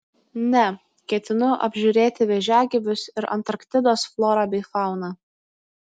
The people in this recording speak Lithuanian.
ne ketinu apžiūrėti vėžiagyvius ir antarktidos florą bei fauną